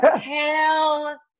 Hell